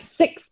six